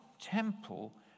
temple